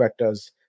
vectors